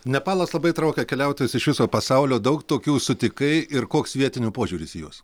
nepalas labai traukia keliautojus iš viso pasaulio daug tokių sutikai ir koks vietinių požiūris į juos